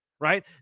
Right